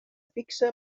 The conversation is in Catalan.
fixa